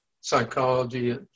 psychology